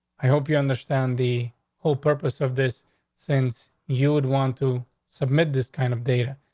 i hope you understand the whole purpose of this since you would want to submit this kind of data,